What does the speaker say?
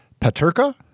Paterka